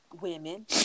women